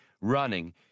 running